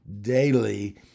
daily